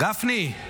גפני,